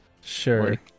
sure